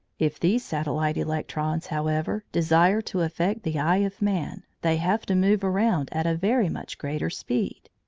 if these satellite electrons, however, desire to affect the eye of man, they have to move around at a very much greater speed.